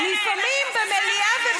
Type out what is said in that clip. לפעמים במליאה ובוועדות,